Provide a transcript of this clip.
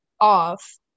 off